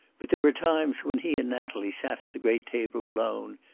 but there were times when he and natalie sat at the great table alone,